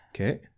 Okay